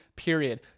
period